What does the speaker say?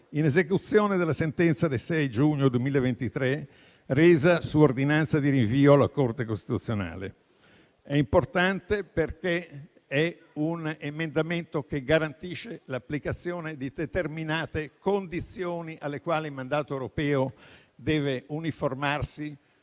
in esecuzione della sentenza del 6 giugno 2023, resa su ordinanza di rinvio alla Corte costituzionale. Tale emendamento è importante perché garantisce l'applicazione di determinate condizioni alle quali il mandato europeo deve uniformarsi